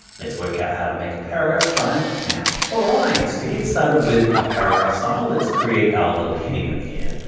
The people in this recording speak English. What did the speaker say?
let's work out how to make a paragraph style now. all right, to get started with our ah paragraph style, let's create our little heading over here.